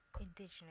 indigenous